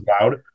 loud